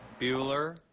Bueller